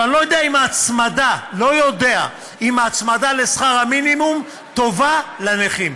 אבל אני לא יודע אם ההצמדה לשכר המינימום טובה לנכים.